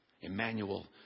Emmanuel